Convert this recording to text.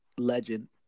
legend